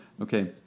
Okay